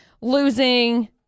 losing